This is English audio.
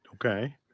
Okay